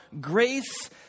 grace